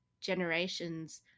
generations